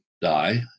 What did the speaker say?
die